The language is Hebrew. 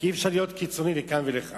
כי אי-אפשר להיות קיצוני לכאן או לכאן.